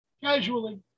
casually